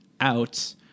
out